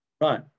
Right